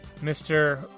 Mr